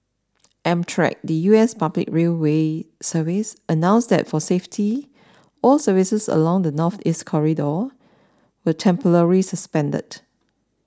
amtrak the U S public railway service announced that for safety all services along the Northeast Corridor were temporarily suspended